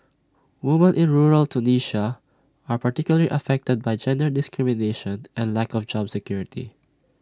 women in rural Tunisia are particularly affected by gender discrimination and lack of job security